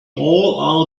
all